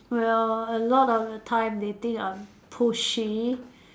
well a lot of the time they think I'm pushy